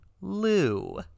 Lou